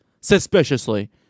suspiciously